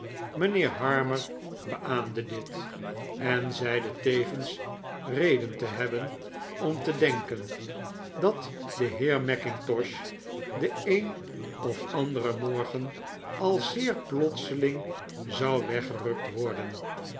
mijnheer harmer beaamde dit en zeide tevens reden te hebben om te denken dat de heer mackintosh den een of anderen morgen al z e e r plotseling zou weggerukt worden